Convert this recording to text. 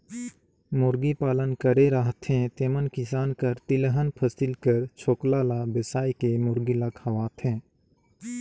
मुरगी पालन करे रहथें तेमन किसान कर तिलहन फसिल कर छोकला ल बेसाए के मुरगी ल खवाथें